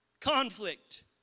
Conflict